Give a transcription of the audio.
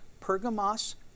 Pergamos